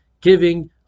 giving